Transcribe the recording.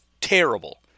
terrible